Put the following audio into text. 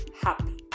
happy